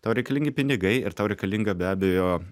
tau reikalingi pinigai ir tau reikalinga be abejo